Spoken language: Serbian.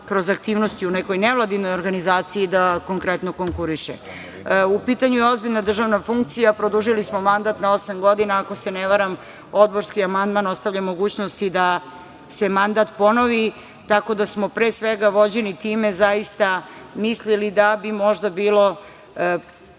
kroz aktivnosti u nekoj nevladinoj organizaciji, da konkretno konkuriše.U pitanju je ozbiljna državna funkcija. Produžili smo mandat na osam godina, ako se ne varam odborski amandman ostavlja mogućnosti i da se mandat ponovi. Tako da smo, pre svega vođeni time, zaista mislili da bi možda bilo